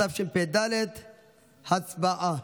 התשפ"ד 2023. הצבעה.